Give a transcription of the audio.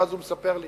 ואז הוא מספר לי